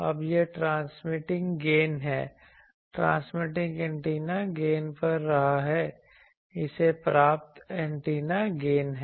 अब यह transmitting gain है ट्रांसमिटिंग एंटेना गेन कर रहा है इसे प्राप्त एंटेना गेन है